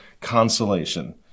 consolation